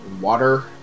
water